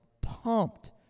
pumped